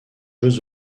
jeux